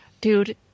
Dude